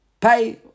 pay